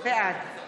רם